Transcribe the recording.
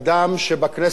שבכנסת עשה את שלו.